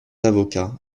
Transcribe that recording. avocat